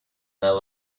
their